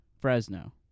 Fresno